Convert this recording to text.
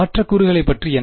மற்ற கூறுகளை பற்றி என்ன